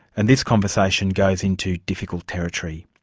and this conversation goes into difficult territory.